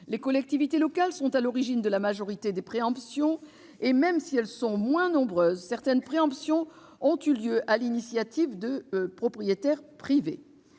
Les collectivités locales sont à l'origine de la majorité des préemptions et, même si elles sont moins nombreuses, certaines préemptions ont eu lieu sur l'initiative de propriétaires privés.